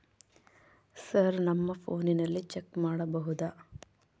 Sir ನಮ್ಮ ಫೋನಿನಲ್ಲಿ check ಮಾಡಬಹುದಾ?